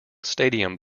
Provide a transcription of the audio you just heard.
stadium